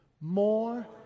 more